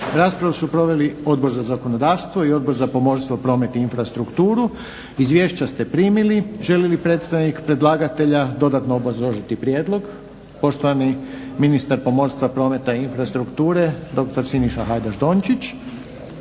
Raspravu su proveli Odbor za zakonodavstvo i Odbor za pomorstvo, promet i infrastrukturu. Izvješća ste primili. Želi li predstavnik predlagatelja dodatno obrazložiti prijedlog? Poštovani ministar pomorstva, prometa i infrastrukture dr. Siniša Hajdaš-Dončić.